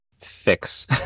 fix